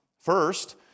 First